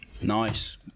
Nice